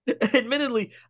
Admittedly